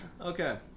Okay